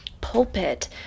pulpit